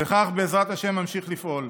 וכך, בעזרת השם, אמשיך לפעול.